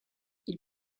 ils